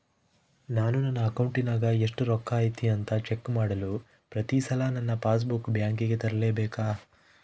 ನಾನು ನನ್ನ ಅಕೌಂಟಿನಾಗ ಎಷ್ಟು ರೊಕ್ಕ ಐತಿ ಅಂತಾ ಚೆಕ್ ಮಾಡಲು ಪ್ರತಿ ಸಲ ನನ್ನ ಪಾಸ್ ಬುಕ್ ಬ್ಯಾಂಕಿಗೆ ತರಲೆಬೇಕಾ?